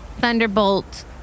Thunderbolt